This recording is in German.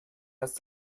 ist